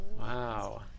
Wow